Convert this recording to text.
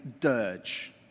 dirge